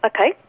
Okay